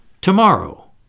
Tomorrow